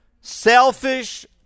selfish